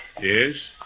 Yes